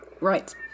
Right